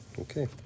Okay